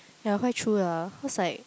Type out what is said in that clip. yeah quite true lah cause like